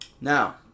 Now